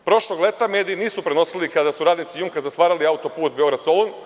Prošlog leta mediji nisu prenosili kada su radnici „Jumka“ zatvarali auto-put Beograd-Solun.